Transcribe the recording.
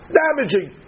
damaging